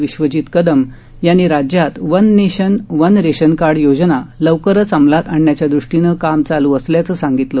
विश्वजीत कदम यांनी राज्यात one nation one ration card योजना लवकरच अंमलात आणण्याच्या दृष्टीनं काम चालू असल्याचं सांगितलं